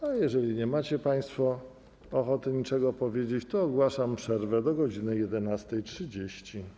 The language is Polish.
A jeżeli nie macie państwo ochoty niczego powiedzieć, to ogłaszam przerwę do godz. 11.30.